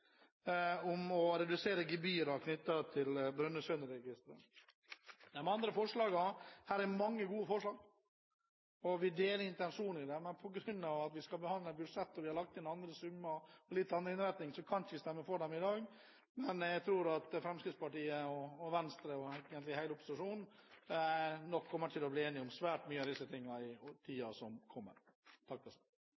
om å redusere gebyrene knyttet til Brønnøysundregistrene. Det er mange andre gode forslag, og vi deler intensjonen i dem, men på grunn av at vi skal behandle et budsjett – hvor vi har lagt inn andre summer, og med en litt annen innretning – kan vi ikke stemme for dem i dag. Men jeg tror at Fremskrittspartiet og Venstre – og egentlig hele opposisjonen – nok kommer til å bli enige om svært mye av disse tingene i